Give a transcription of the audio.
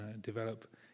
develop